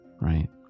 right